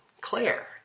Claire